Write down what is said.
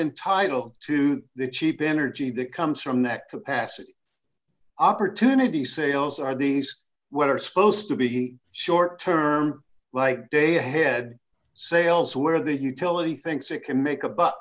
entitled to the cheap energy that comes from that capacity opportunity sales are these what are supposed to be short term like a day ahead sales where the utility thinks it can make a buck